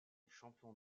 champion